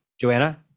joanna